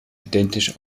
identisch